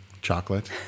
chocolate